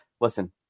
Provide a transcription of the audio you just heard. listen